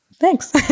Thanks